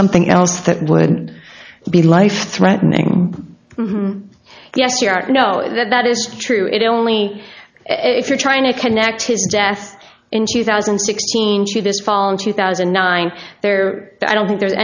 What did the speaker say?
something else that would be life threatening yes you know that that is true it only if you're trying to connect his death in two thousand and sixteen to this fall in two thousand and nine there i don't think there's